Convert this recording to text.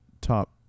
top